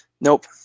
Nope